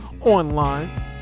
online